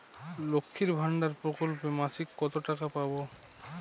লক্ষ্মীর ভান্ডার প্রকল্পে মাসিক কত টাকা পাব?